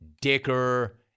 Dicker